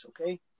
okay